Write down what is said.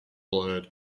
blurred